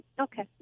okay